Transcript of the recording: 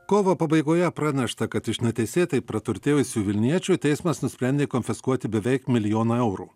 kovo pabaigoje pranešta kad iš neteisėtai praturtėjusių vilniečių teismas nusprendė konfiskuoti beveik milijoną eurų